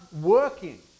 working